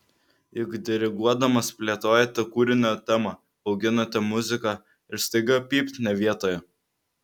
juk diriguodamas plėtojate kūrinio temą auginate muziką ir staiga pypt ne vietoje